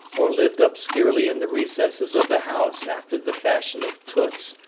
or lived obscurely in the recesses of the house after the fashion of toots,